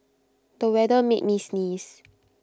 the weather made me sneeze